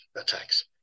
attacks